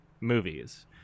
movies